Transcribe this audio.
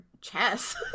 Chess